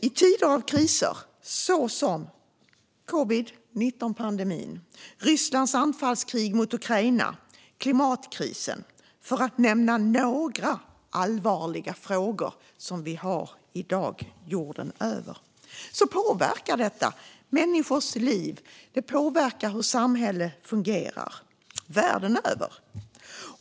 I tider av kriser - såsom covid-19-pandemin, Rysslands anfallskrig mot Ukraina och klimatkrisen, för att nämna några allvarliga frågor vi har att hantera jorden över - påverkas människors liv och hur samhällen fungerar världen över.